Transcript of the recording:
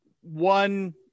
One